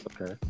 Okay